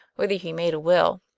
whether he made a will?